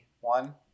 one